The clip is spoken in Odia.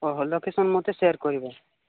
ଓଃ ହ ଲୋକେସନ୍ ମୋତେ ସେୟାର୍ କରିବ